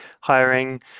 hiring